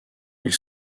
ils